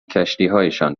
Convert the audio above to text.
کشتیهایشان